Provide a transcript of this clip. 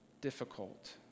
difficult